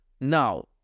Now